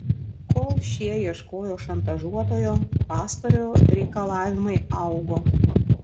kol šie ieškojo šantažuotojo pastarojo reikalavimai augo